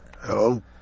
Hello